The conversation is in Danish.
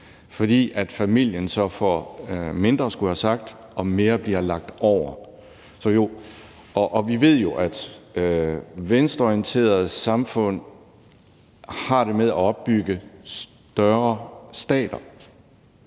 fordi familien så får mindre at skulle have sagt og mere bliver lagt over. Og vi ved jo, at venstreorienterede samfund har det med at opbygge større stater